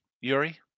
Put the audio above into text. Yuri